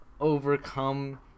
overcome